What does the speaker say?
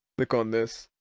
bclick on this.